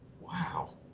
Wow